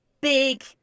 big